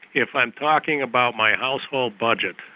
if i'm talking about my household budget,